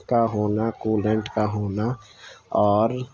کا ہونا کولنٹ کا ہونا اور